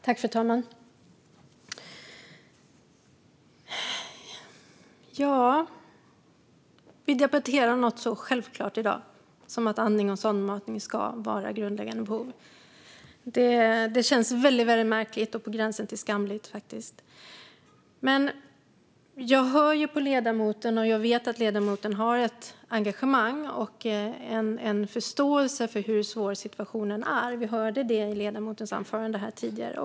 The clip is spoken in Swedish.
Fru talman! I dag debatterar vi något så självklart som att andning och sondmatning ska vara grundläggande behov. Det känns väldigt märkligt och på gränsen till skamligt. Jag hör på ledamoten att hon har ett engagemang. Jag vet att ledamoten har det och en förståelse för hur svår situationen är. Vi hörde detta i ledamotens anförande här tidigare.